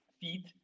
feet